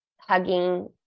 hugging